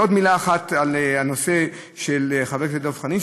עוד מילה אחת בנושא שדיבר עליו חבר הכנסת דב חנין,